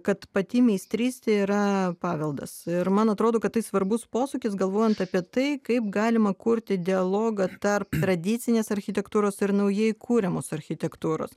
kad pati meistrystė yra paveldas ir man atrodo kad tai svarbus posūkis galvojant apie tai kaip galima kurti dialogą tarp tradicinės architektūros ir naujai kuriamos architektūros